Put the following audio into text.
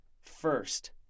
first